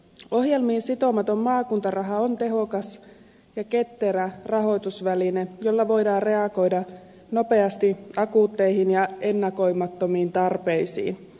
ohjelmiin sitomaton maakuntaraha on tehokas ja ketterä rahoitusväline jolla voidaan reagoida nopeasti akuutteihin ja ennakoimattomiin tarpeisiin